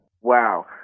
Wow